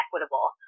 equitable